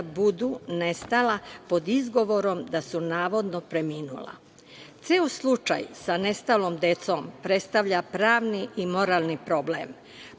budu nestala pod izgovorom da su navodno preminula. Ceo slučaj sa nestalom decom predstavlja pravni i moralni problem.